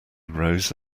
rose